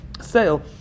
sale